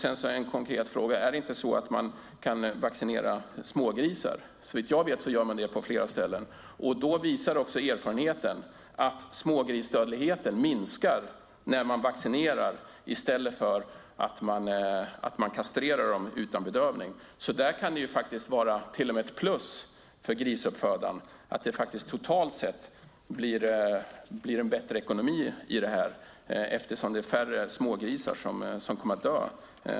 En konkret fråga: Kan man inte vaccinera smågrisar? Såvitt jag vet gör man det på flera ställen. Erfarenheten visar också att smågrisdödligheten minskar när man vaccinerar i stället för kastrerar dem utan bedövning. Där kan det till och med vara ett plus för grisuppfödaren att det totalt sett blir en bättre ekonomi i det här, eftersom det helt enkelt är färre smågrisar som kommer att dö.